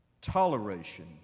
toleration